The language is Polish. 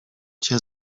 cię